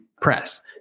press